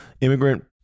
Immigrant